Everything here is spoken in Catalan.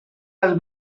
les